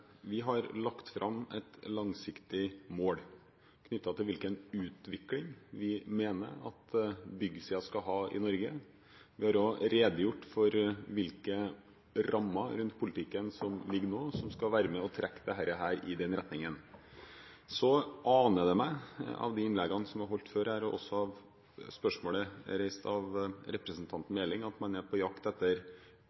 Vi har lagt fram et langsiktig mål knyttet til hvilken utvikling vi mener at byggsiden skal ha i Norge. Vi har også redegjort for hvilke rammer rundt politikken som ligger nå, som skal være med og trekke dette i den retningen. Så aner det meg, ut fra de innleggene som er holdt før her, og også ut fra spørsmålet reist av representanten